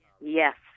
Yes